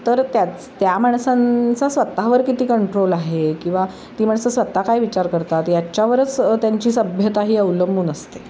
तर त्याच त्या माणसांचा स्वतःवर किती कंट्रोल आहे किंवा ती माणसं स्वतः काय विचार करतात याच्यावरच त्यांची सभ्यता ही अवलंबून असते